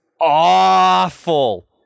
awful